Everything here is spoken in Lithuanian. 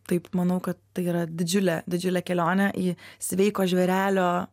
taip manau kad tai yra didžiulė didžiulė kelionė į sveiko žvėrelio